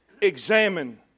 examine